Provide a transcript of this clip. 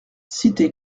cité